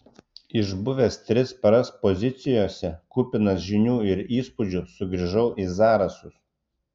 išbuvęs tris paras pozicijose kupinas žinių ir įspūdžių sugrįžau į zarasus